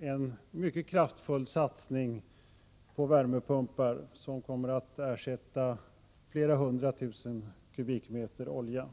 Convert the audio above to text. en mycket kraftfull satsning på värmepumpar, som kommer att ersätta flera hundra tusen kubikmeter olja.